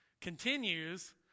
continues